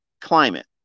climate